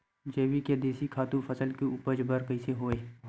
जैविक या देशी खातु फसल के उपज बर कइसे होहय?